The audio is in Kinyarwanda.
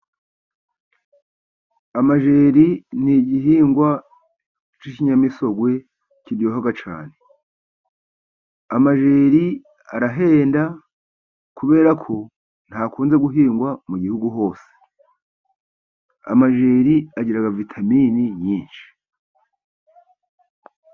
Amajeri ni igihingwa cy'ikinyamisogwe, kiryoha cyane. Amajeri arahenda kubera ko adakunze guhingwa mu gihugu hose, amajeri agira vitaminini nyinshi.